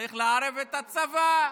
צריך לערב את הצבא,